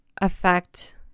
affect